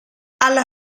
alla